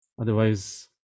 otherwise